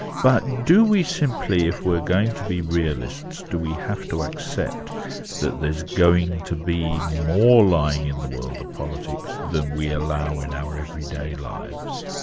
but do we simply, if we're going to be realists, do we have to accept that there's going to be more lying in the world of politics than we allow in our everyday lives?